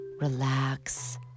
relax